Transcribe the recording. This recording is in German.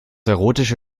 erotische